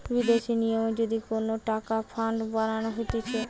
বিদেশি নিয়মে যদি কোন টাকার ফান্ড বানানো হতিছে